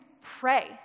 pray